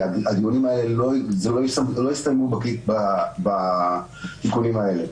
הדיונים האלה לא יסתיימו בתיקונים האלה.